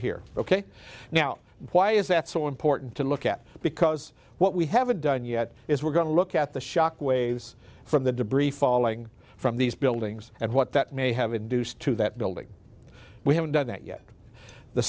here ok now why is that so important to look at because what we haven't done yet is we're going to look at the shock waves from the debris falling from these buildings and what that may have induced to that building we haven't done that yet the